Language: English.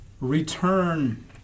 return